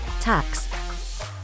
tax